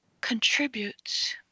contributes